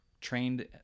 trained